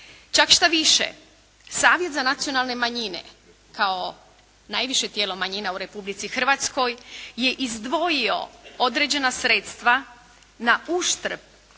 Čak štaviše savjet za nacionalne manjine kao najviše tijelo manjina u Republici Hrvatskoj je izdvojio određena sredstva na uštrb